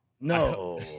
No